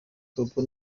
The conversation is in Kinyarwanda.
popo